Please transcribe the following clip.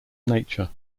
nature